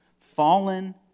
Fallen